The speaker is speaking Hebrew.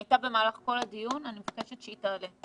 היא הייתה במהלך כל הדיון, אני מבקשת שהיא תישאר.